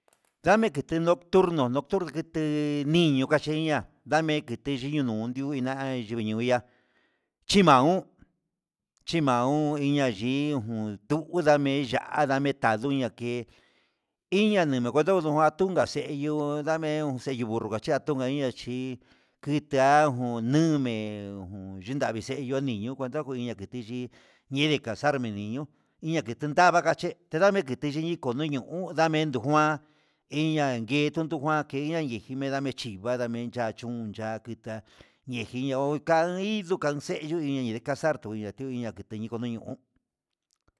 Ddame neke noturno noturno nguete niño kacheña ndame keyteyino nondio inan yiviniuya chima'a on, chimaon inña chi'o no'o tu ndame ya'á adame ayuna kii iña nikua ndodo kua tunka che'e yo'o ho name sello burro ngachí chia tunka yiachi kitajun numero he ngundavii xheyo, odiñuu cuenta ko iña kiti yii niñe casarme niño, inña kiti nrava'a kaché tendame tiyii konoñu uun ndamen du nguan iña nguen ndutu nguan nakeya jin dechi nani jí vandamen ya'a'chún ya akita ñejiño'o, ukan indo kaxe'e iyenu indo casar tuna tuya kutediko o'on.